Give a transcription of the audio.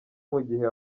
mugihe